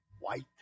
White